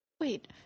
wait